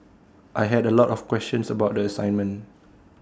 I had A lot of questions about the assignment